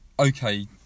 okay